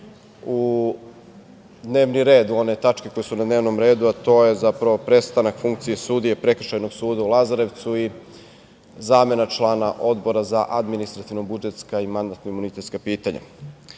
u dnevni red, na one tačke koje su na dnevnom redu, a to je prestanak funkcije sudije Prekršajnoj suda u Lazarevcu i zamena člana Odbora za administrativno-budžetska i mandatno-imunitetska pitanja. Tokom